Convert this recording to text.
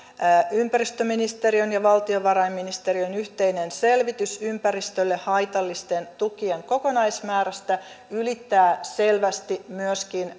ympäristöministeriön ja valtiovarainministeriön yhteinen selvitys ympäristölle haitallisten tukien kokonaismäärästä ylittää selvästi myöskin